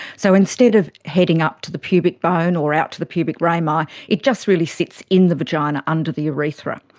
so instead of heading up to the pubic bone or out to the pubic rami, ah it just really sits in the vagina under the urethra.